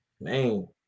man